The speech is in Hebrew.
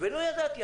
ולא ידעתי,